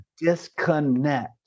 disconnect